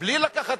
בלי להביא בחשבון,